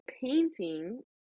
painting